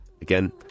again